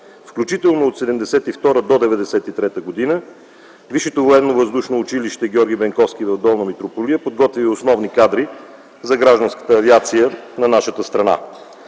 Включително от 1972 до 1993 г. Висшето военновъздушно училище „Георги Бенковски” в Долна Митрополия подготвя и основни кадри за гражданската авиация на нашата страна.